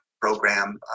program